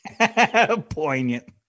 Poignant